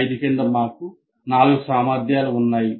CO5 కింద మాకు 4 సామర్థ్యాలు ఉన్నాయి